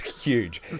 Huge